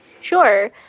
Sure